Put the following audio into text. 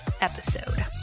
episode